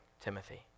Timothy